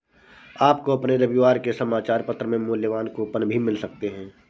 आपको अपने रविवार के समाचार पत्र में मूल्यवान कूपन भी मिल सकते हैं